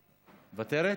מוותרת?